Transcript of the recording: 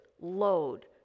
load